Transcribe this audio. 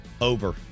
Over